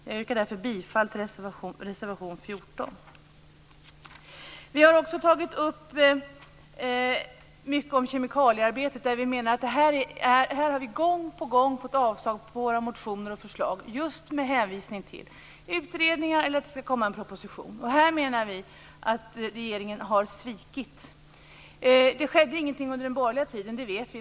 Jag yrkar därför bifall till reservation 14. Vi har också tagit upp kemikaliearbetet. Vi har gång på gång fått avslag på våra motioner och förslag just med hänvisning till sittande utredningar eller att det skall komma en proposition. Här har regeringen svikit. Det skedde ingenting under den borgerliga tiden, det vet vi.